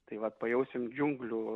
tai vat pajausim džiunglių